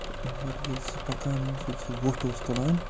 تہٕ مگر ییٚلہِ سُہ پَکان اوس ییٚلہِ سُہ وۄٹھ اوس تُلان